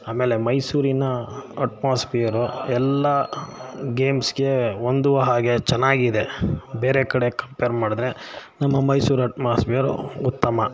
ಆಮೇಲೆ ಮೈಸೂರಿನ ಅಟ್ಮೋಸ್ಪಿಯರು ಎಲ್ಲ ಗೇಮ್ಸ್ಗೆ ಹೊಂದುವ ಹಾಗೆ ಚೆನ್ನಾಗಿದೆ ಬೇರೆ ಕಡೆ ಕಂಪೇರ್ ಮಾಡಿದ್ರೆ ನಮ್ಮ ಮೈಸೂರು ಅಟ್ಮೋಸ್ಪಿಯರು ಉತ್ತಮ